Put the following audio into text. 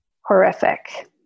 horrific